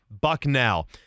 Bucknell